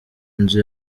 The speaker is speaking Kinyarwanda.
inzu